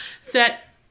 Set